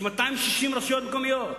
יש 260 רשויות מקומיות,